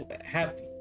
happy